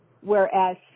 whereas